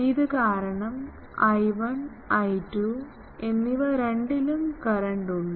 ഇത് കാരണം I1 I2 എന്നിവ രണ്ടിലും കറന്റ് ഉണ്ട്